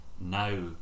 now